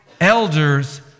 elders